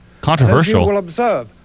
Controversial